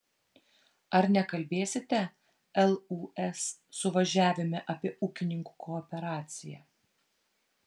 ar nekalbėsite lūs suvažiavime apie ūkininkų kooperaciją